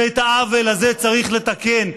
ואת העוול הזה צריך לתקן,